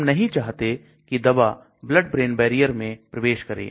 हम नहीं चाहते कि दवा Blood brain barrierर में प्रवेश करें